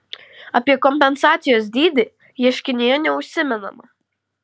apie kompensacijos dydį ieškinyje neužsimenama